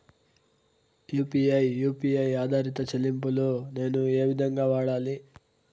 UPI U P I ఆధారిత చెల్లింపులు నేను ఏ విధంగా వాడాలి?